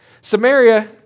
Samaria